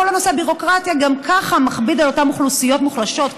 כל נושא הביורוקרטיה גם ככה מכביד על אותן אוכלוסיות מוחלשות,